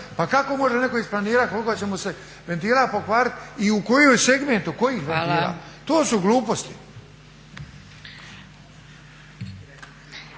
pa kako može netko isplanirat koliko će mu se ventila pokvarit i u kojem segmentu, kojih …. To su gluposti.